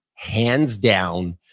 hands down,